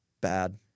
bad